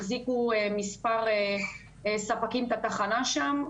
החזיקו מספר ספקים בתחנה שם,